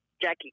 Jackie